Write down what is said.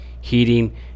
heating